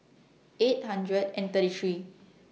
eight hundred and thirty three